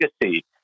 legacy